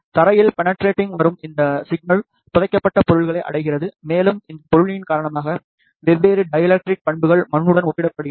தரையில் பெணட்ரேடிங் வரும் இந்த சிக்னல் புதைக்கப்பட்ட பொருள்களை அடைகிறது மேலும் இந்த பொருளின் காரணமாக வெவ்வேறு டைஎலெக்ட்ரிக் பண்புகள் மண்ணுடன் ஒப்பிடுகின்றன